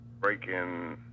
break-in